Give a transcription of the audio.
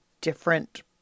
different